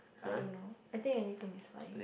I don't know I think anything is fine